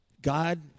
God